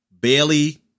Bailey